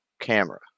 camera